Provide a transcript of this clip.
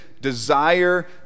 desire